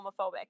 homophobic